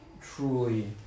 truly